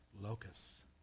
locusts